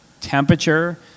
temperature